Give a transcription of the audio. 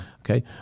Okay